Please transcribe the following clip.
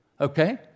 okay